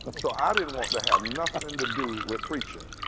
so i didn't want to have nothing to do with preaching.